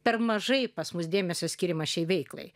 per mažai pas mus dėmesio skiriama šiai veiklai